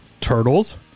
Turtles